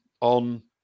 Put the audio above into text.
on